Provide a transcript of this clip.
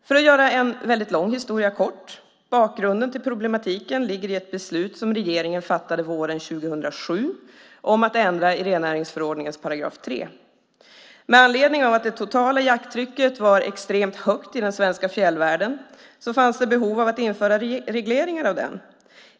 För att göra en väldigt lång historia kort ligger bakgrunden till problematiken i ett beslut som regeringen fattade våren 2007 om att ändra i rennäringsförordningens 3 §. Med anledning av att det totala jakttrycket var extremt högt i den svenska fjällvärlden fanns ett behov av att införa regleringar av den.